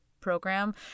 program